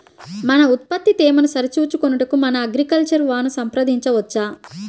మన ఉత్పత్తి తేమను సరిచూచుకొనుటకు మన అగ్రికల్చర్ వా ను సంప్రదించవచ్చా?